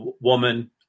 woman